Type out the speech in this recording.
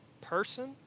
person